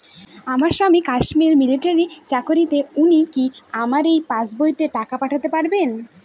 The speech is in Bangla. আমার স্বামী কাশ্মীরে মিলিটারিতে চাকুরিরত উনি কি আমার এই পাসবইতে টাকা পাঠাতে পারবেন?